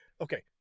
Okay